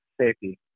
safety